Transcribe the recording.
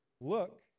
look